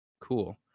cool